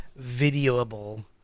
videoable